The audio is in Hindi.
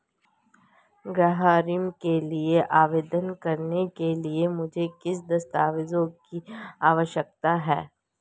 गृह ऋण के लिए आवेदन करने के लिए मुझे किन दस्तावेज़ों की आवश्यकता है?